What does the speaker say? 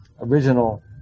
original